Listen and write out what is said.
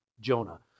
Jonah